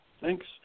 Thanks